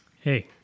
Hey